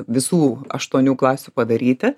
visų aštuonių klasių padaryti